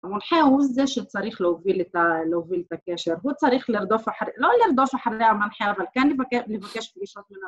‫המונחה הוא זה שצריך להוביל את הקשר, ‫הוא צריך לרדוף אחרי... ‫לא לרדוף אחרי המנחה, ‫אבל כאן לבקש פגישות..